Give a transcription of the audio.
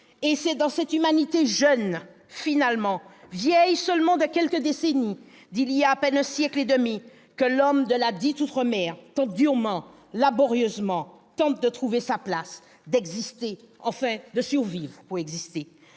Et c'est dans cette humanité jeune finalement, vieille de quelques décennies, d'il y a à peine un siècle et demi, que l'homme de ladite outre-mer tente durement, laborieusement, de trouver sa place, d'exister, enfin de survivre pour exister.